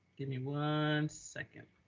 give me one second.